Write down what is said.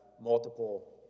multiple